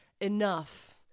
enough